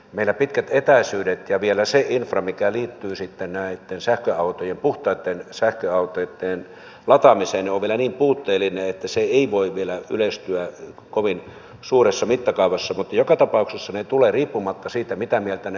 meillä on pitkät etäisyydet ja vielä se infra mikä liittyy sitten näitten puhtaitten sähköautojen lataamiseen on niin puutteellinen että se ei voi vielä yleistyä kovin suuressa mittakaavassa mutta joka tapauksessa ne tulevat riippumatta siitä mitä mieltä me olemme